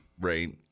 Right